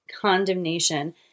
condemnation